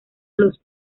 los